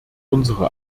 unsere